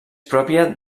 pròpia